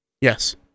Yes